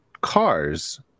cars